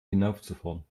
hinaufzufahren